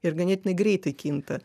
ir ganėtinai greitai kinta